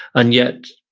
and yet,